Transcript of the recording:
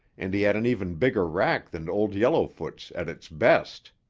and he had an even bigger rack than old yellowfoot's at its best.